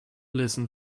listen